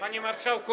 Panie Marszałku!